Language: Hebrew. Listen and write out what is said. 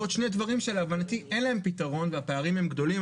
ועוד שני דברים שלהבנתי אין להם פתרון והפערים הם גדולים.